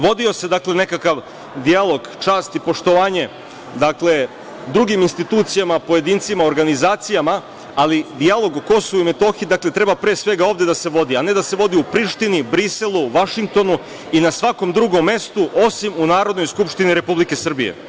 Vodi se nekakav dijalog čast i poštovanje, dakle drugim institucijama i pojedincima, organizacijama, ali dijalog o Kosovu i Metohiji, treba pre svega ovde da se vodi, a ne da se vodi u Prištini, Briselu, Vašingtonu i na svakom drugom mestu, osim u Narodnoj skupštini Republike Srbije.